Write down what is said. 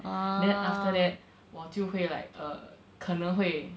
and then after that 我就会 like err 可能会